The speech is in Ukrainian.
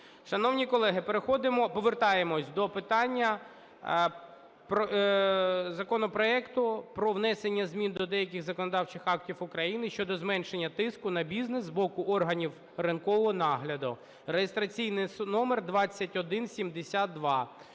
Шановні колеги, переходимо… повертаємося до питання законопроекту про внесення змін до деяких законодавчих актів України щодо зменшення тиску на бізнес з боку органів ринкового нагляду (реєстраційний номер 2172).